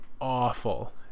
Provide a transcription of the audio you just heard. awful